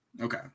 Okay